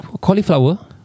Cauliflower